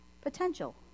potential